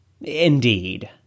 Indeed